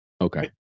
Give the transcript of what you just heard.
Okay